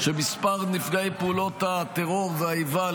שמספר נפגעי פעולות הטרור והאיבה,